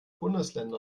bundesländer